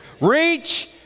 Reach